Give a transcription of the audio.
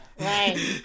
Right